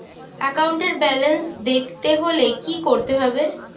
একাউন্টের ব্যালান্স দেখতে হলে কি করতে হবে?